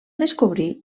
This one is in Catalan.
descobrir